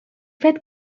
fet